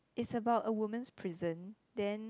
it's about a woman's pleasant then